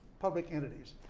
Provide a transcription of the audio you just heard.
public entities.